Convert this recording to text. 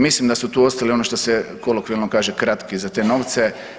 Mislim da su tu ostali ono što se kolokvijalno kaže kratki za te novce.